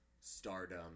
stardom